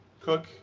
Cook